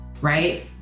right